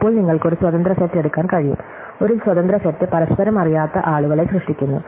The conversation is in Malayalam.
അപ്പോൾ നിങ്ങൾക്ക് ഒരു സ്വതന്ത്ര സെറ്റ് എടുക്കാൻ കഴിയും ഒരു സ്വതന്ത്ര സെറ്റ് പരസ്പരം അറിയാത്ത ആളുകളെ സൃഷ്ടിക്കുന്നു